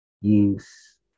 use